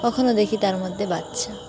কখনও দেখি তার মধ্যে বাচ্চা